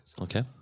Okay